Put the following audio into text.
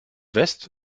west